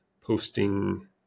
posting